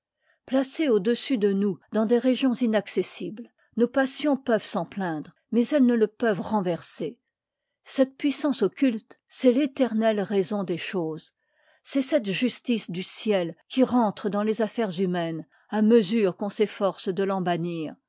au dessus de nous dans des régions inaccessibles nos passions peuvent s'en plaindre mais elles ne le peuvent renver s ser cette puissance occulte c'est l'éternelle raison des choses c'est cette justice du ciel qui rentre dans les affaires humaines à mesure qu'on s'efforce de